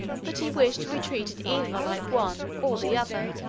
but he wished to be treated either like one or the other.